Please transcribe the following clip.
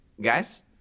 Guys